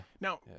Now